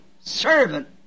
servant